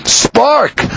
spark